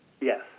Yes